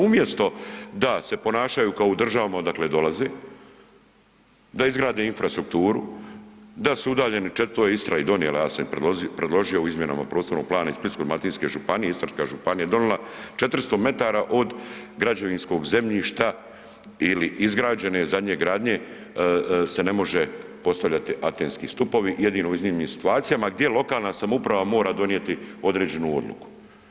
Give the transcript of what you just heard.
Umjesto da se ponašaju kao u državama odakle dolaze, da izgrade infrastrukturu, da su udaljeni, to je Istra i donijela, ja sam im predložio u izmjenama prostornog plana iz Splitsko-dalmatinske županije, Istarska županija je donila, 400 metara od građevinskog zemljišta ili izgrađene zadnje gradnje se ne može postavljati antenski stupovi, jedino u iznimnim situacijama gdje lokalna samouprava mora donijeti određenu odluku.